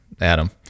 Adam